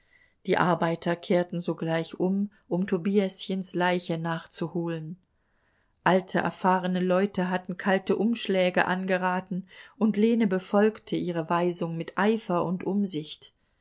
die arbeiter kehrten sogleich um um tobiäschens leiche nachzuholen alte erfahrene leute hatten kalte umschläge angeraten und lene befolgte ihre weisung mit eifer und umsicht